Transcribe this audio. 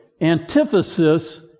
antithesis